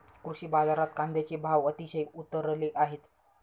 कृषी बाजारात कांद्याचे भाव अतिशय उतरले आहेत